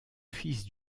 fils